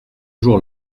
jour